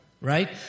Right